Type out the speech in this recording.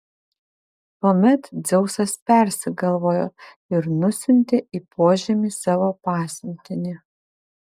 tuomet dzeusas persigalvojo ir nusiuntė į požemį savo pasiuntinį